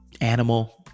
animal